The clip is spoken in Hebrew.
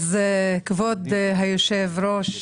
כבוד היושב ראש,